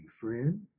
friend